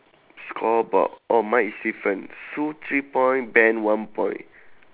scoreboard oh mine is different sue three point ben one point